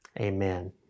Amen